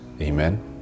amen